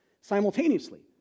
simultaneously